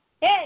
Hey